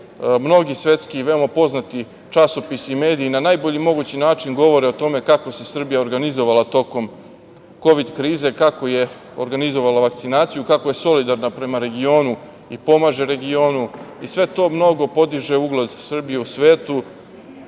mnogi svetski i veoma poznati časopisi i mediji na najbolji mogući način govore o tome kako se Srbija organizovala tokom kovid krize, kako je organizovala vakcinaciju, kako je solidarna prema regionu i pomaže regionu i sve to mnogo podiže ugled Srbiji u svetu.